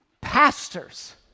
pastors